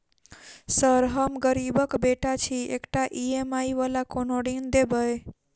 Sir हम गरीबक बेटा छी एकटा ई.एम.आई वला कोनो ऋण देबै?